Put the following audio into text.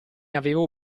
avevo